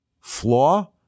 flaw